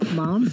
mom